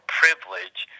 privilege